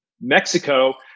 Mexico